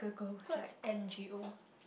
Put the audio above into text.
what's N_G_O